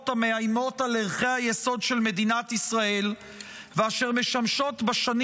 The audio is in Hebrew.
המאיימות על ערכי היסוד של מדינת ישראל ואשר משמשות בשנים